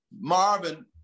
Marvin